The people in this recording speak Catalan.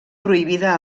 prohibida